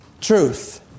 truth